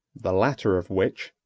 the latter of which,